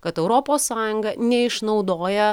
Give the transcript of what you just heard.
kad europos sąjunga neišnaudoja